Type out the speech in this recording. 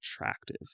attractive